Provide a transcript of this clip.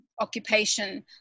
occupation